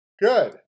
Good